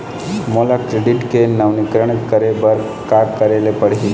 मोला क्रेडिट के नवीनीकरण करे बर का करे ले पड़ही?